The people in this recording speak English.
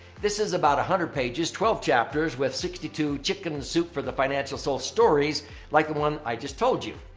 this is about one hundred pages, twelve chapters with sixty two chicken soup for the financial soul stories like the one i just told you.